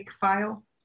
file